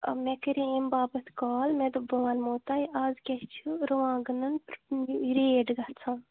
مےٚ کَرے اَمہِ باپَتھ کال مےٚ دوٚپ بہٕ وَنمو تۄہہ آز کیٛاہ چھُ رُواںٛگنَن ریٹ گَژھان